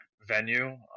venue